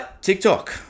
tiktok